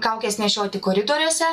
kaukes nešioti koridoriuose